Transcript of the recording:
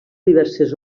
diverses